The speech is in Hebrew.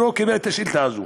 שלא קיבל את השאילתה הזו,